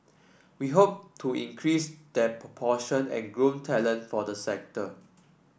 we hope to increase that proportion and groom talent for the sector